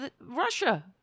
Russia